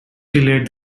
delayed